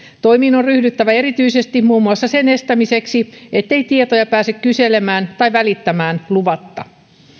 toimiin on ryhdyttävä erityisesti muun muassa sen estämiseksi ettei tietoja pääse kyselemään tai välittämän luvatta